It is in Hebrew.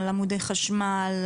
על עמודי חשמל.